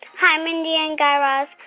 hi, mindy and guy raz.